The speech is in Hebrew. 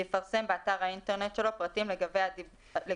יפרסם באתר האינטרנט שלו פרטים לגבי